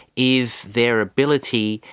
is their ability,